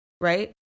Right